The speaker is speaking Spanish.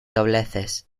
dobleces